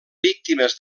víctimes